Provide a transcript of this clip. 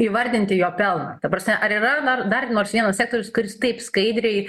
įvardinti jo pelną ta prasme ar yra dar dar nors vienas sektorius kuris taip skaidriai